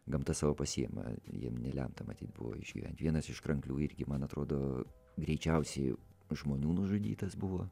gamta savo pasiima jiem nelemta matyt buvo išgyvent vienas iš kranklių irgi man atrodo greičiausiai žmonių nužudytas buvo